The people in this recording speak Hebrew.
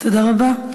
תודה רבה.